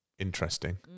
Interesting